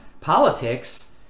politics